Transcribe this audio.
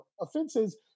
offenses